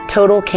Total